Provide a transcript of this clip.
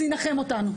וזה ינחם אותנו?